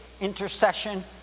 intercession